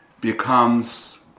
becomes